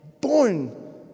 born